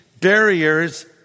barriers